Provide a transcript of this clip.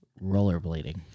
Rollerblading